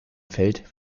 feld